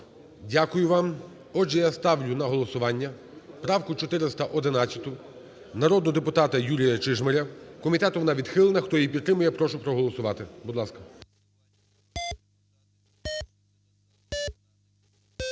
Дякую вам. Отже, я ставлю на голосування правку 411 народного депутата Юрія Чижмаря. Комітетом вона відхилена. Хто її підтримує, прошу проголосувати, будь ласка.